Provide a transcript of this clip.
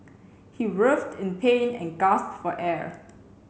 he writhed in pain and gasped for air